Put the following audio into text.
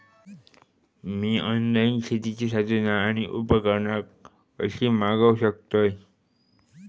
मी online शेतीची साधना आणि उपकरणा कशी मागव शकतय?